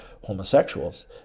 homosexuals